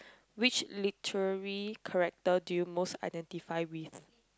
which literary character do you most identified with